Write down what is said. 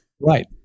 Right